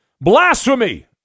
blasphemy